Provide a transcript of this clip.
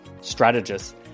strategists